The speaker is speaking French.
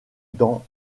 dans